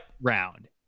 round